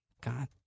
God